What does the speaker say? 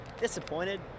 disappointed